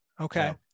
Okay